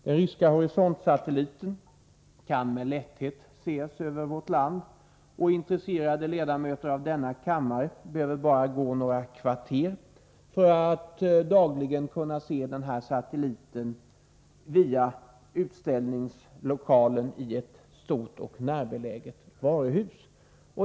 Den ryska Horizont-satelliten kan med lätthet ses över vårt land, och intresserade ledamöter av denna kammare behöver bara gå några kvarter för att konstatera att man dagligen kan se den här satelliten via utställningslokalen i ett stort, närbeläget varuhus.